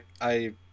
I-